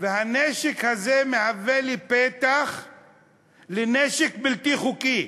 והנשק הזה מהווה לי פתח לנשק בלתי חוקי,